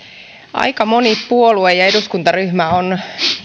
aika moni puolue ja eduskuntaryhmä on